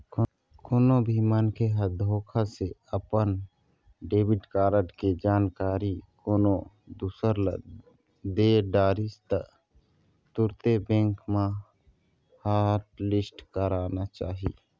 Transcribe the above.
कोनो भी मनखे ह धोखा से अपन डेबिट कारड के जानकारी कोनो दूसर ल दे डरिस त तुरते बेंक म हॉटलिस्ट कराना चाही